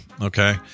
Okay